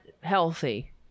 healthy